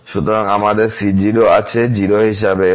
সুতরাং আমাদের c0 আছে 0 হিসাবে